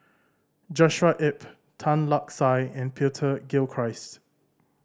Joshua Ip Tan Lark Sye and Peter Gilchrist